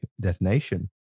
detonation